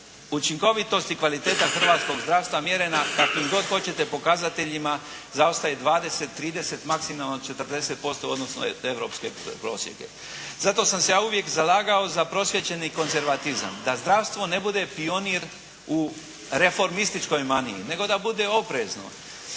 učinkovitost i kvaliteta hrvatskog zdravstva mjerena kakvim god hoćete pokazateljima zaostaje 20, 30, maksimalno 40% u odnosu na europske prosjeke. Zato sam se ja uvijek zalagao za prosvijećeni konzervatizam, da zdravstvo ne bude pionir u reformističkoj maniji, nego da bude oprezno.